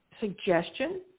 suggestion